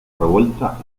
revuelta